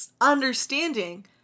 understanding